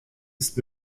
ist